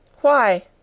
Why